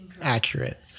accurate